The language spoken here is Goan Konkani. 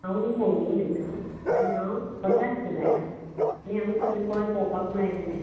हांव नी मोहिनी उलयतां आनी हांव मद्रास सावन आयलां हांगा सगळें गोंय पळोवपाक म्हूण आयिल्लें